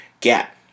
gap